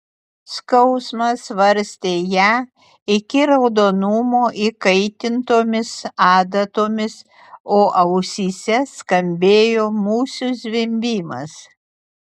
skausmas varstė ją iki raudonumo įkaitintomis adatomis o ausyse skambėjo musių zvimbimas